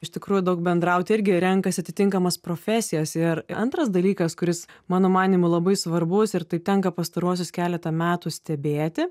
iš tikrųjų daug bendrauti irgi renkasi atitinkamas profesijas ir antras dalykas kuris mano manymu labai svarbus ir tai tenka pastaruosius keletą metų stebėti